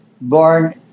born